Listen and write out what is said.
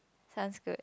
sounds good